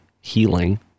healing